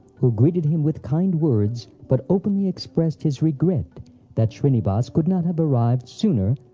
who greeted him with kind words but openly expressed his regret that shrinivas could not have arrived sooner,